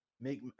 make